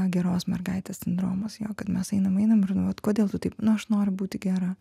geros mergaitės sindromas jo kad mes einam einam ir nu vat kodėl tu taip nu aš noriu būti gera